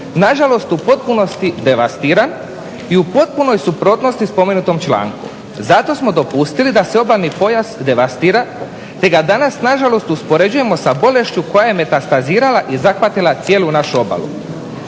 nažalost u potpunosti devastiran i u potpunoj suprotnosti spomenutom članku. Zato smo dopustili da se obalni pojas devastira te ga danas nažalost uspoređujemo sa bolešću koja je metastazirala i zahvatila cijelu našu obalu.